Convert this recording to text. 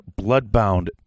Bloodbound